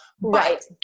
right